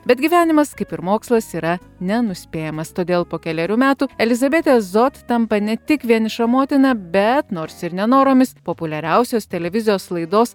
bet gyvenimas kaip ir mokslas yra nenuspėjamas todėl po kelerių metų elizabetė zot tampa ne tik vieniša motina bet nors ir nenoromis populiariausios televizijos laidos